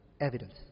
Evidence